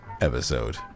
episode